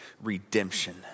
redemption